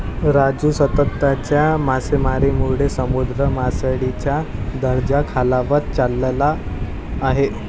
राजू, सततच्या मासेमारीमुळे समुद्र मासळीचा दर्जा खालावत चालला आहे